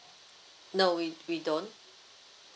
no we we don't